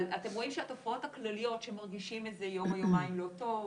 אבל אתם רואים שהתופעות הכלליות שמרגישים יום או יומיים לא טוב,